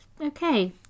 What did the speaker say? Okay